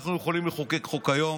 אנחנו יכולים לחוקק חוק היום,